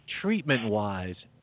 treatment-wise